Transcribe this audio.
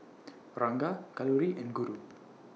Ranga Kalluri and Guru